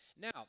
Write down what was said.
Now